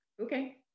okay